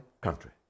country